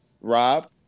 Rob